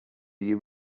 you